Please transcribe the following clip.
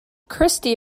christy